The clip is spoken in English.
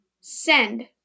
Send